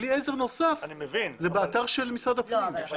כלי עזר נוסף זה באתר של משרד הפנים.